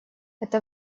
это